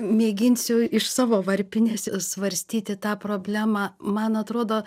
mėginsiu iš savo varpinės svarstyti tą problemą man atrodo